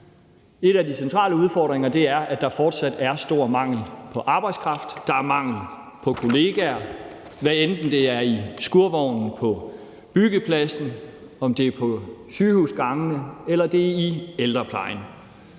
En af de centrale udfordringer er, at der fortsat er stor mangel på arbejdskraft. Der er mangel på kollegaer, hvad enten det er i skurvognen på byggepladsen, om det er på sygehusgangene eller i ældreplejen.